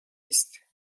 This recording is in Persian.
است